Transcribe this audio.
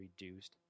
reduced